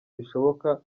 bishoboka